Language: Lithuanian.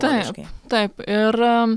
taip taip ir